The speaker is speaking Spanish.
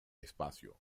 espacio